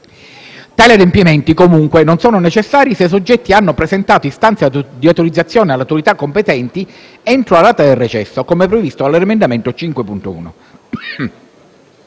Tali adempimenti, comunque, non sono necessari se i soggetti hanno presentato istanza di autorizzazione alle autorità competenti entro la data del recesso, come previsto dall'emendamento 5.1.